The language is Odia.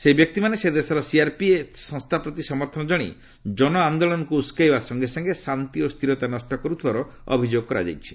ଏହି ବ୍ୟକ୍ତିମାନେ ସେ ଦେଶରେ ସିଆର୍ପିଏଚ୍ ସଂସ୍ଥା ପ୍ରତି ସମର୍ଥନ ଜଣାଇ ଜନଆନ୍ଦୋଳନକୁ ଉସ୍କାଇବା ସଙ୍ଗେ ସଙ୍ଗେ ଶାନ୍ତି ଓ ସ୍ଥିରତା ନଷ୍ଟ କରୁଥିବାର ଅଭିଯୋଗ ହୋଇଛି